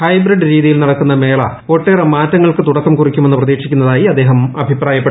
hybrid രീതിയിൽ നടക്കുന്ന മേള ഒട്ടേറെ മാറ്റങ്ങൾക്ക് തുടക്കംകുറിക്കുമെന്ന് പ്രതീക്ഷിക്കുന്നതായി അദ്ദേഹം അഭിപ്രായപ്പെട്ടു